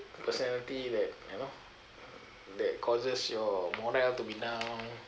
personality that you know that causes your morale to be down